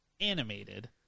animated